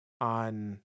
on